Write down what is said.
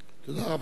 תודה רבה.